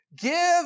give